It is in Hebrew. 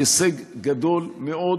היא הישג גדול מאוד,